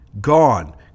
gone